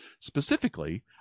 Specifically